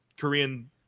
Korean